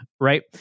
Right